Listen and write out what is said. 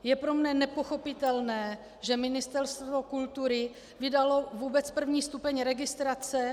Je pro mne nepochopitelné, že Ministerstvo kultury vydalo vůbec první stupeň registrace.